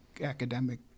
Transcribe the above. academic